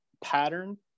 pattern